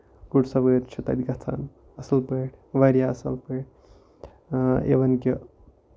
گُرۍ سَوٲر چھِ تَتہِ گژھان اَصٕل پٲٹھۍ واریاہ اَصٕل پٲٹھۍ اِوٕنۍ کہِ